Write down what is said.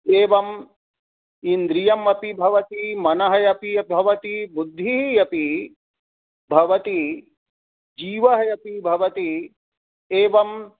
एवं इन्द्रियमपि भवति मनः अपि भवति बुद्धिः अपि भवति जीवः अपि भवति एवं